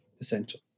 essential